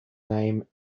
name